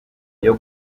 guha